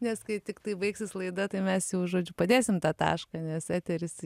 nes kai tiktai baigsis laida tai mes jau žodžiu padėsim tą tašką nes eteris